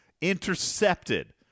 intercepted